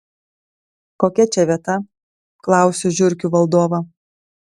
kokia čia vieta klausiu žiurkių valdovą